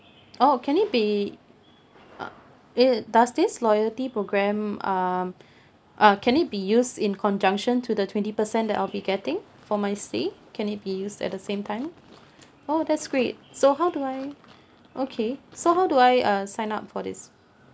oh can it be uh eh does this loyalty programme um uh can it be used in conjunction to the twenty percent that I'll be getting for my stay can it be used at the same time oh that's great so how do I okay so how do I uh sign up for this